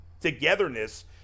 togetherness